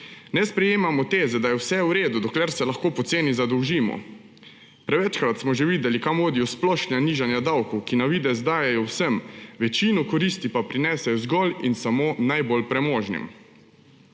Ne sprejemamo teze, da je vse v redu, dokler se lahko poceni zadolžimo. Prevečkrat smo že videli, kam vodijo splošna nižanja davkov, ki na videz dajejo vsem, večino koristi pa prinesejo zgolj in samo najbolj premožnim.